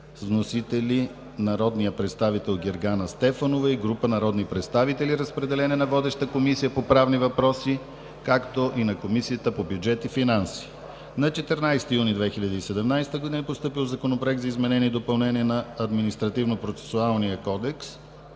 вносители народният представител Гергана Стефанова и група народни представители. Разпределен е на водещата Комисия по правни въпроси, както и на Комисията по бюджет и финанси. На 14 юни 2017 г. е постъпил Законопроект за изменение и допълнение на Административнопроцесуалния кодекс.